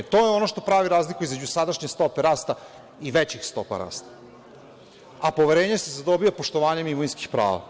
To je ono što pravi razliku između sadašnje stope rasta i većih stopa rasta, a poverenje se zadobija poštovanjem imovinskih prava.